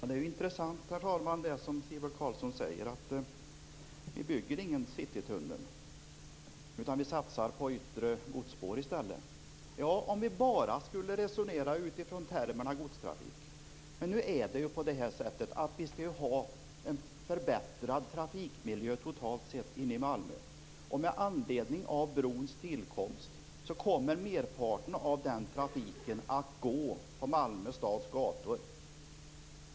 Herr talman! Det som Sivert Carlsson säger är intressant: Vi bygger ingen citytunnel utan vi satsar på yttre godsspår i stället. Ja - om vi bara skulle resonera i termer av godstrafik. Men nu är det en förbättrad trafikmiljö inne i Malmö totalt sett som man skall ha. Med anledning av brons tillkomst kommer merparten av den trafiken att gå på Malmö stads gator.